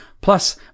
plus